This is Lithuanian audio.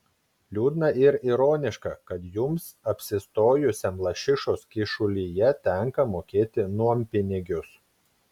liūdna ir ironiška kad jums apsistojusiam lašišos kyšulyje tenka mokėti nuompinigius